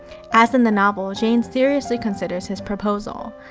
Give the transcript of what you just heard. as in the novel, jane seriously considers his proposal.